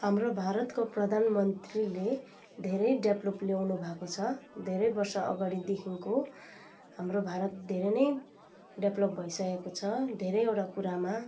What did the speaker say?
हाम्रो भारतको प्रधान मन्त्रीले धेरै डेभेलप ल्याउनुभएको छ धेरै बर्ष अगाडिदेखिको हाम्रो भारत धेरै नै डेभेलप भइसकेको छ धेरैवटा कुरामा